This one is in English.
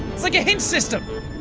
it's like a hint system